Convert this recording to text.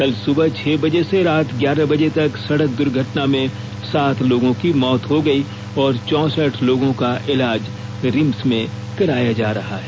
कल सुबह छह बजे से रात ग्यारह बजे तक सड़क दुर्घटना में सात लोगों की मौत हो गई और चौसठ लोगों का इलाज रिम्स में कराया जा रहा है